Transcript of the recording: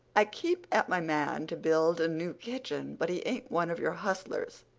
i keep at my man to build a new kitchen, but he ain't one of your hustlers.